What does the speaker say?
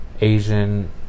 Asian